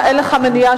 אין לך מניעה,